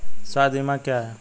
स्वास्थ्य बीमा क्या है?